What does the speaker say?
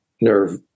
nerve